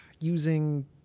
using